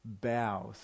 bows